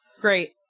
Great